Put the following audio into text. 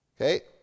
Okay